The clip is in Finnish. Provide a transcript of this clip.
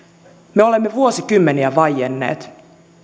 me olemme vuosikymmeniä vaienneet